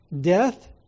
Death